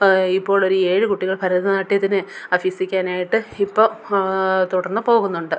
ഇപ്പോഴൊരു ഏഴു കുട്ടികൾ ഭരതനാട്യത്തിന് അഭ്യസിക്കാനായിട്ട് ഇപ്പോൾ തുടർന്ന് പോകുന്നുണ്ട്